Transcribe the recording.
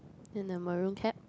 in the maroon cap